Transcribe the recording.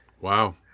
Wow